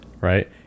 Right